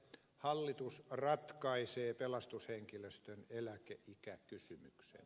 hallitus ratkaisee pelastushenkilöstön eläkeikäkysymyksen